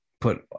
put